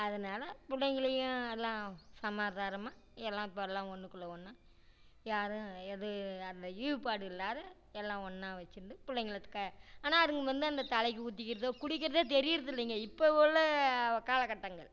அதனால் பிள்ளைங்களையும் எல்லாம் சமாதாரமா எல்லாம் இப்போல்லாம் ஒன்னுக்குள்ளே ஒன்னாக யாரும் எது அந்த ஈவுபாடு இல்லாம எல்லாம் ஒன்னாக வெச்சுருந்து பிள்ளைங்கள க ஆனால் அதுங்க வந்து அந்த தலைக்கு ஊத்திக்கிறதோ குளிக்கிறதே தெரியுறது இல்லைங்க இப்போ உள்ள காலகட்டங்கள்